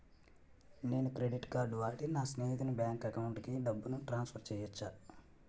నేను credit card వాడి నా స్నేహితుని బ్యాంక్ అకౌంట్ కి డబ్బును ట్రాన్సఫర్ చేయచ్చా?